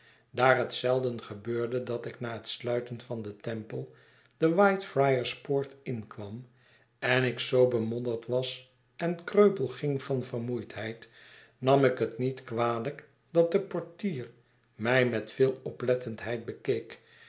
daar het zelden gebeurde dat iknahetsluiten van den temple de whitefriars poort inkwam en ik zoo bemodderd was en kreupel ging van vermoeidheid nam ik het niet kwalijk dat de portier mij met veel oplettendheid bekeek